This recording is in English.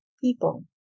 people